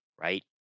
right